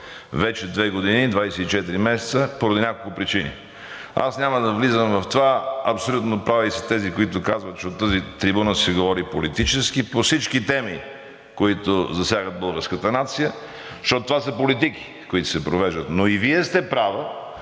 и четири месеца, поради няколко причини. Аз няма да влизам в това. Абсолютно прави са тези, които казват, че от тази трибуна се говори политически по всички теми, които засягат българската нация, защото това са политики, които се провеждат, но и Вие сте права,